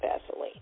Vaseline